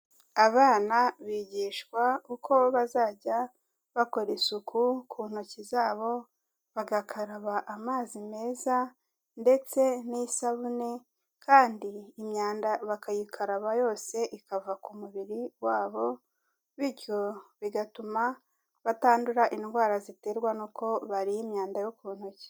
Abana bigishwa uko bazajya bakora isuku ku ntoki zabo, bagakaraba amazi meza ndetse n'isabune kandi imyanda bakayikaraba yose ikava ku mubiri wabo bityo bigatuma batandura indwara ziterwa n'uko bariye imyanda yo ku ntoki.